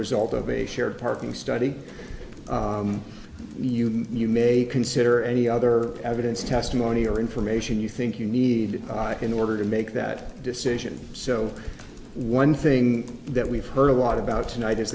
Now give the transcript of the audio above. result of a shared parking study you may consider any other evidence testimony or information you think you need in order to make that decision so one thing that we've heard a lot about tonight is